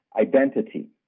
identity